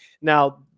now